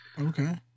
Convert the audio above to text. Okay